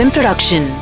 Production